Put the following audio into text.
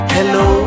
Hello